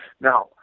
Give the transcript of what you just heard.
Now